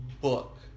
book